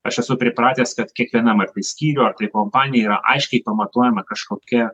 aš esu pripratęs kad kiekvienam ar tai skyriuj ar tai kompanijoj yra aiškiai pamatuojama kažkokia